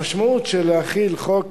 המשמעות של להחיל חוק